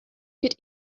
could